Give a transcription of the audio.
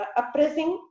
oppressing